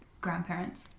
grandparents